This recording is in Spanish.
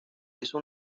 hizo